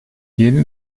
yeni